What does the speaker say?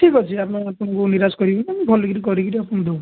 ଠିକ୍ ଅଛି ଆମେ ଆପଣଙ୍କୁ ନିରାଶ କରିବୁନି ଭଲକିରି କରିକିରି ଆପଣଙ୍କୁ ଦେବୁ